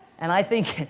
and i think,